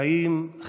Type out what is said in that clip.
חיים,